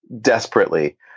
desperately